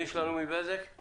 אני